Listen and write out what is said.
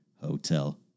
hotel